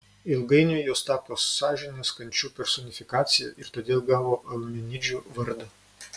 ilgainiui jos tapo sąžinės kančių personifikacija ir todėl gavo eumenidžių vardą